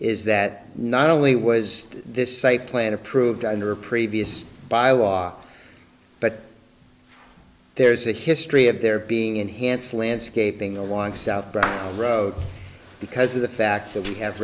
is that not only was this site plan approved under a previous bylaw but there's a history of there being enhanced landscaping along south bronx road because of the fact that we have